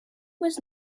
was